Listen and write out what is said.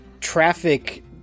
traffic